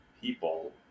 people